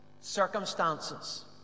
circumstances